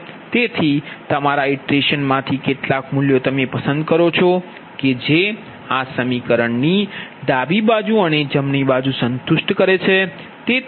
તેથી તમારા ઇટરેશન માંથી કેટલાક મૂલ્યો તમે પસંદ કરો છો કે જે આ સમીકરણની ડાબી બાજુ અને જમણી બાજુ સંતુષ્ટ કરે છે